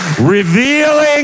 revealing